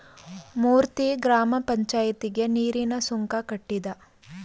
ಮೂರ್ತಿ ಗ್ರಾಮ ಪಂಚಾಯಿತಿಗೆ ನೀರಿನ ಸುಂಕ ಕಟ್ಟಿದ